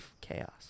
chaos